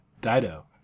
Dido